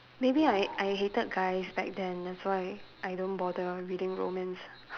maybe I I hated guys back then that's why I don't bother reading romance